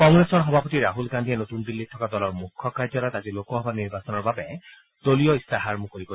কংগ্ৰেছৰ সভাপতি ৰাহুল গান্ধীয়ে নতুন দিল্লীত থকা দলৰ মুখ্য কাৰ্যালয়ত আজি লোকসভা নিৰ্বাচনৰ বাবে দলীয় ইস্তাহাৰ মুকলি কৰিব